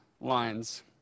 lines